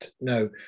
no